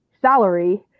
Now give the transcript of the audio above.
salary